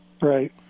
right